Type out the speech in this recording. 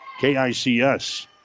KICS